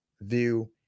view